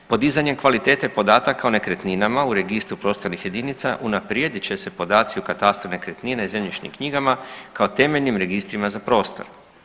Podizanjem kvalitete podataka o nekretninama u registru prostornih jedinica unaprijedit će se podaci u katastru nekretnine i zemljišnim knjigama kao temeljnim registrima za prostor.